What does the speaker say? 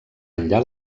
enllà